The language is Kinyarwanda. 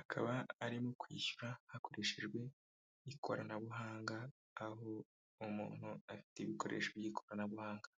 akaba arimo kwishyura, hakoreshejwe ikoranabuhanga, aho umuntu afite ibikoresho by'ikoranabuhanga.